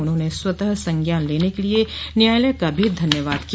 उन्होंने स्वतः संज्ञान लेने के लिए न्यायालय का भी धन्यवाद किया